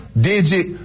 digit